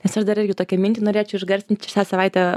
nes aš dar irgi tokią mintį norėčiau išgarsint čia šią savaitę